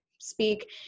speak